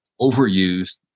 overused